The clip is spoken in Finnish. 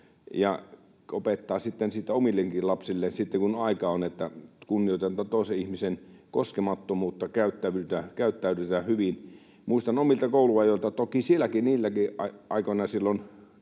ja opettaa omillekin lapsilleen sitten, kun aika on, että kunnioitetaan toisen ihmisen koskemattomuutta, käyttäydytään hyvin. Muistan omilta kouluajoilta, että toki niinäkin aikoina, silloin